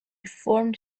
formed